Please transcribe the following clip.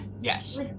Yes